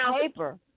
paper